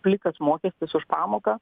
plikas mokestis už pamoką